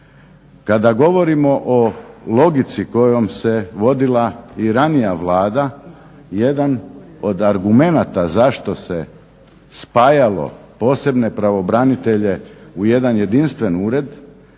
Kada govorimo o logici kojom se vodila i ranije Vlada jedan od argumenata zašto se spajalo posebne pravobranitelje u jedan jedinstven ured